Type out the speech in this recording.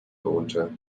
wohnte